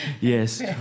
yes